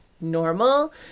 normal